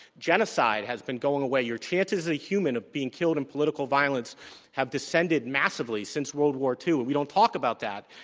genocide has been going away. your chances as a human of being killed in political violence have descended massively since world war ii. and we don't talk about that